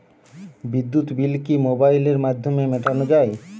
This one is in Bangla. বিদ্যুৎ বিল কি মোবাইলের মাধ্যমে মেটানো য়ায়?